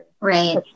Right